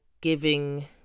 giving